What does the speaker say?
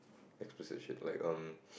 explicit shit like um